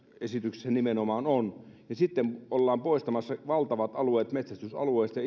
esityksessä nimenomaan on niin sitten kun ollaan poistamassa valtavat alueet metsästysalueista